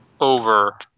Over